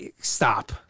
stop